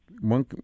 one